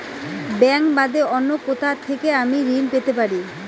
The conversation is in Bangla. ব্যাংক বাদে অন্য কোথা থেকে আমি ঋন পেতে পারি?